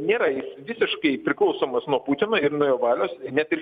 nėra jis visiškai priklausomas nuo putino ir nuo jo valios net ir